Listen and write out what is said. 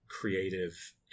creative